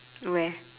where